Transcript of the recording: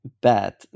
bad